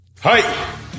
Hi